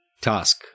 task